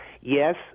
yes